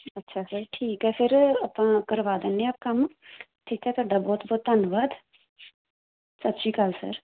ਅੱਛਾ ਸਰ ਠੀਕ ਹੈ ਸਰ ਆਪਾਂ ਕਰਵਾ ਦਿੰਦੇ ਹਾਂ ਕੰਮ ਠੀਕ ਹੈ ਤੁਹਾਡਾ ਬਹੁਤ ਬਹੁਤ ਧੰਨਵਾਦ ਸਤਿ ਸ਼੍ਰੀ ਅਕਾਲ ਸਰ